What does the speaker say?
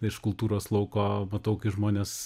iš kultūros lauko matau kai žmonės